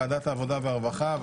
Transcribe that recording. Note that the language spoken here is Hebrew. ועדת העבודה והרווחה,